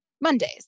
Mondays